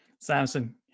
Samson